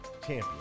Champion